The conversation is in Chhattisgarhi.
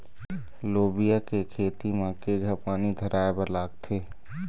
लोबिया के खेती म केघा पानी धराएबर लागथे?